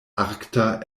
arkta